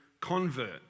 convert